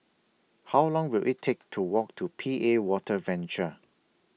How Long Will IT Take to Walk to P A Water Venture